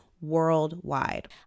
worldwide